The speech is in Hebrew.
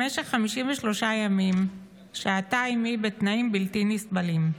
במשך 53 ימים שהתה אימי בתנאים בלתי נסבלים.